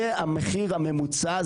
זה המחיר הממוצע,